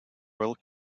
well